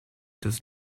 does